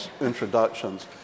introductions